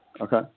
Okay